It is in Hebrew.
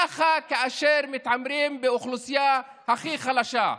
ככה זה כאשר מתעמרים באוכלוסייה הכי חלשה.